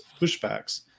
pushbacks